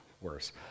worse